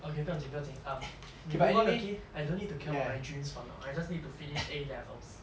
okay 不用紧不用紧 um we move on okay I don't need to care about my dreams for now I just need to finish A levels